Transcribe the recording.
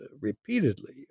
repeatedly